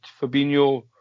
Fabinho